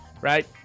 right